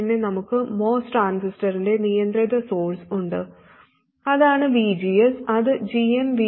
പിന്നെ നമുക്ക് MOS ട്രാൻസിസ്റ്ററിന്റെ നിയന്ത്രിത സോഴ്സ് ഉണ്ട് ഇതാണ് VGS ആത് gmVGS